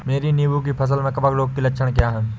मेरी नींबू की फसल में कवक रोग के लक्षण क्या है?